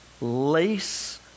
lace